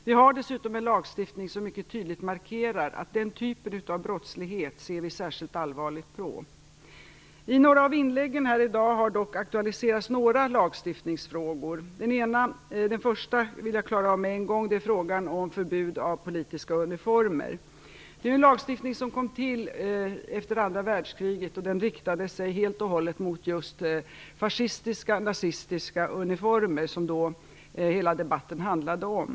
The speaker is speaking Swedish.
Vi har dessutom en lagstiftning som mycket tydligt markerar att vi ser särskilt allvarligt på den typen av brottslighet. I några av inläggen här i dag har det dock aktualiserats några lagstiftningsfrågor. Den första vill jag klara av med en gång. Det är frågan om förbud mot politiska uniformer. Det är en lagstiftning som kom till efter andra världskriget. Den riktade sig helt och hållet mot just fascistiska och nazistiska uniformer som hela debatten då handlade om.